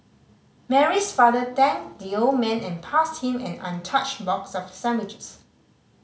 Mary's father thanked the old man and passed him an untouched box of sandwiches